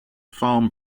farm